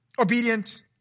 obedient